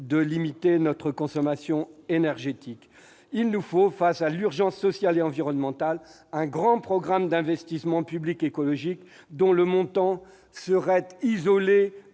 de limiter notre consommation énergétique. Il nous faut, eu égard à l'urgence sociale et environnementale, lancer un grand programme d'investissements publics écologiques, dont le coût ne serait pas